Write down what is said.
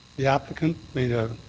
the applicant made a,